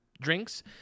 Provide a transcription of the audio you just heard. drinks